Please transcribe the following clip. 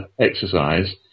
exercise